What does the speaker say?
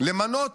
למנות